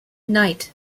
night